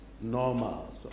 normal